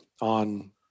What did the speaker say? on